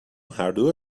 هردو